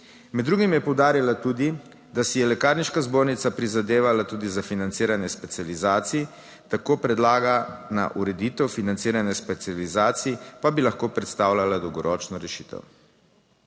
Med drugim je poudarila tudi, da si je Lekarniška zbornica prizadevala tudi za financiranje specializacij, tako predlagana ureditev financiranja specializacij pa bi lahko predstavljala dolgoročno rešitev.